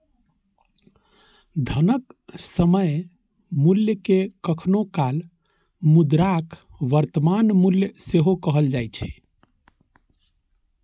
धनक समय मूल्य कें कखनो काल मुद्राक वर्तमान मूल्य सेहो कहल जाए छै